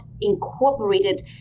incorporated